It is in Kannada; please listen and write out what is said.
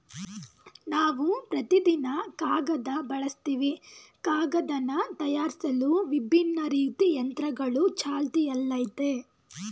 ನಾವು ಪ್ರತಿದಿನ ಕಾಗದ ಬಳಸ್ತಿವಿ ಕಾಗದನ ತಯಾರ್ಸಲು ವಿಭಿನ್ನ ರೀತಿ ಯಂತ್ರಗಳು ಚಾಲ್ತಿಯಲ್ಲಯ್ತೆ